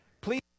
please